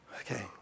Okay